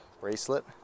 bracelet